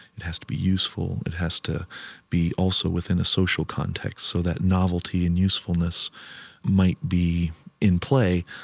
it has to be useful. it has to be also within a social context so that novelty and usefulness might be in play,